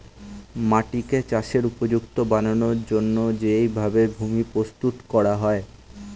মাটিকে চাষের উপযুক্ত বানানোর জন্যে যেই ভাবে ভূমি প্রস্তুত করা হয়